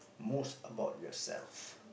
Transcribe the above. most about yourself